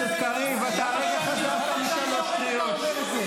חבר הכנסת קריב, אתה הרגע חזרת משלוש קריאות.